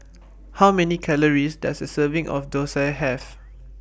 How Many Calories Does A Serving of Thosai Have